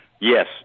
Yes